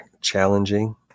challenging